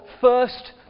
first